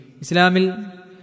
Islamil